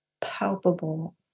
palpable